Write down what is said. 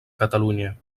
catalunya